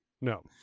no